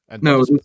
No